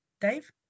Dave